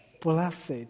blessed